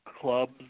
clubs